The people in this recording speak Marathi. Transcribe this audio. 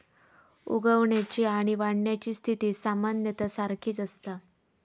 उगवण्याची आणि वाढण्याची स्थिती सामान्यतः सारखीच असता